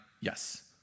yes